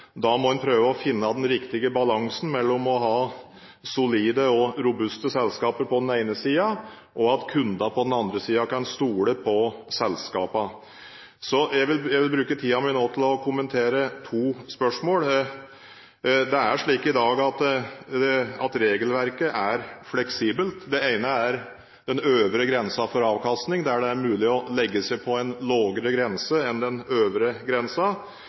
da må en prøve å finne den riktige balansen mellom å ha solide og robuste selskaper på den ene siden og at kundene kan stole på selskapene på den andre siden. Jeg vil bruke tiden min til å kommentere to spørsmål. Det er slik i dag at regelverket er fleksibelt. Det ene er den øvre grensen for avkastning, der det er mulig å legge seg på en lavere grense enn den øvre